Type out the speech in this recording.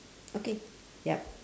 okay yup